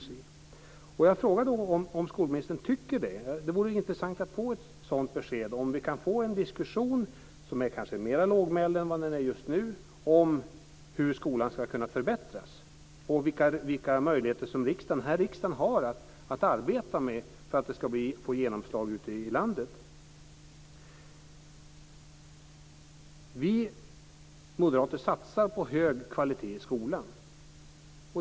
Jag vill fråga skolministern om hennes åsikt. Det vore intressant att få ett besked om att vi kan föra en diskussion, som kanske är mera lågmäld än vad diskussionen just nu är, om hur skolan ska kunna förbättras och vilka möjligheter riksdagen har att arbeta för att det ska få genomslag ute i landet. Vi moderater satsar på hög kvalitet i skolan.